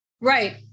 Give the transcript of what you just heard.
right